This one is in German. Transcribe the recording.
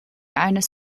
eines